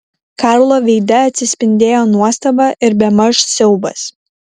karlo veide atsispindėjo nuostaba ir bemaž siaubas